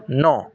ন